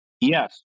Yes